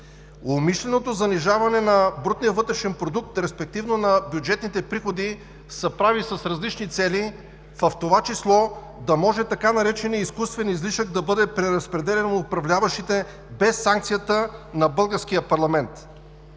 Умишленото занижаване на брутния вътрешен продукт, респективно на бюджетните приходи, се прави с различни цели, в това число да може така нареченият изкуствен излишък да бъде преразпределян от управляващите без санкцията на българския парламент.